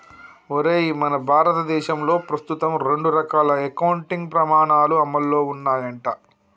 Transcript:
ఒరేయ్ మన భారతదేశంలో ప్రస్తుతం రెండు రకాల అకౌంటింగ్ పమాణాలు అమల్లో ఉన్నాయంట